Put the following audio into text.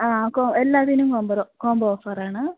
ആ കോ എല്ലാത്തിനും കോമ്പർ കോംമ്പോ ഓഫർ ആണ്